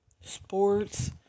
Sports